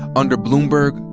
under bloomberg,